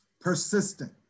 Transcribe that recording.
persistent